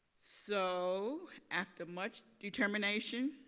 so after much determination,